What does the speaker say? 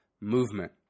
movement